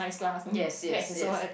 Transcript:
yes yes yes